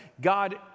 God